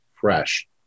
fresh